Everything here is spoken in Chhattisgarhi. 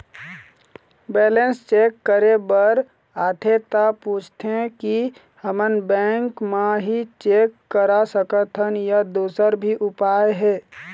बैलेंस चेक करे बर आथे ता पूछथें की हमन बैंक मा ही चेक करा सकथन या दुसर भी उपाय हे?